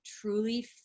truly